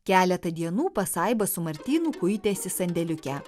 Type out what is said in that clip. keletą dienų pasaiba su martynu kuitėsi sandėliuke